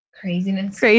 Craziness